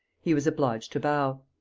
he was obliged to bow.